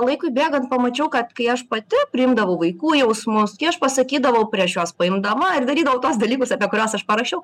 laikui bėgant pamačiau kad kai aš pati priimdavau vaikų jausmus kai aš pasakydavau prieš juos paimdama darydavau tuos dalykus apie kuriuos aš parašiau